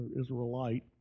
Israelite